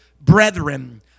brethren